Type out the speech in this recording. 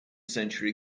century